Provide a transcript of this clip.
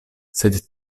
sed